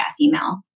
email